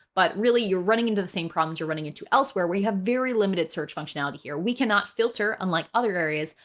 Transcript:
but really, you're running into the same problems you're running into elsewhere. we have very limited search functionality here. we cannot filter unlike other areas.